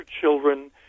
children